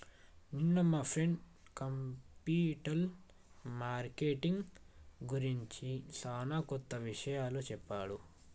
నిన్న మా friend capital marketing గురించి సానా కొత్త విషయాలు చెప్పిండు